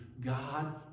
God